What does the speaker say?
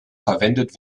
verwendet